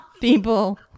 people